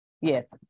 Yes